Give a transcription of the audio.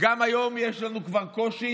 גם היום כבר יש לנו קושי